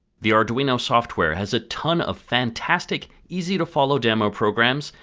the arduino software has a ton of fantastic, easy to follow demo programs,